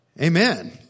Amen